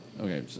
Okay